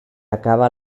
acaba